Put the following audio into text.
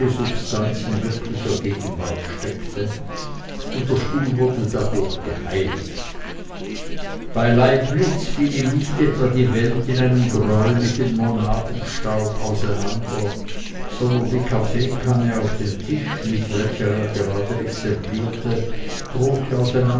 in wirklichster gegenwart steckte und der stuhl wurde dadurch geheiligt bei leibniz fiel ihm nicht etwa die welt in einem greulichen monadenstaub auseinander sondern die kaffeekanne auf dem tisch mit welcher er gerade exemplierte drohte